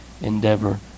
endeavor